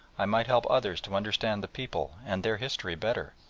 i might help others to understand the people and their history better,